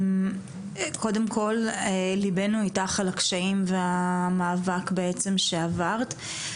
קודם כל ליבנו איתך על הקשיים והמאבק בעצם שעברת.